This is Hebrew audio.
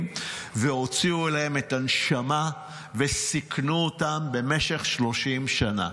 והוציאו להם את הנשמה וסיכנו אותם במשך 30 שנה,